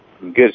Good